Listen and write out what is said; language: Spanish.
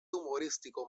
humorístico